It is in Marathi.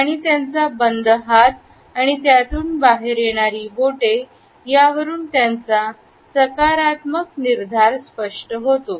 आणि त्यांचा बंद हात आणि त्यातून बाहेर येणारी बोटे यावरून सकारात्मक निर्धार स्पष्ट होतो